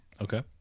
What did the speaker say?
Okay